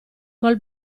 col